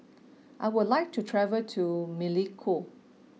I would like to travel to Melekeok